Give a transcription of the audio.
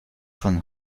von